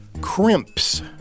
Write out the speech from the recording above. crimps